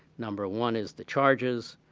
number one is the charges,